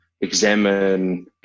examine